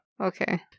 Okay